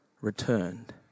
returned